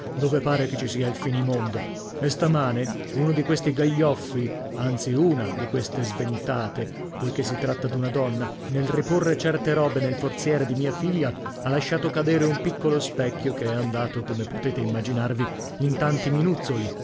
dove pare che ci sia il finimondo e stamane uno di questi gaglioffi anzi una di queste sventate poichè si tratta d'una donna nel riporre certe robe nel forziere di mia figlia ha lasciato cadere un piccolo specchio che è andato come potete immaginarvi in tanti minuzzoli